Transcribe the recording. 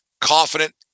confident